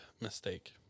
mistake